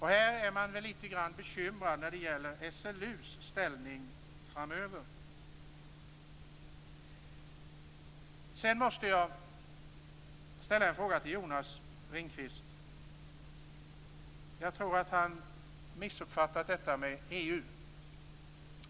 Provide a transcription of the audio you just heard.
Här är vi lite grann bekymrade när det gäller SLU:s ställning framöver. Ringqvist, som jag tror har missuppfattat detta med EU.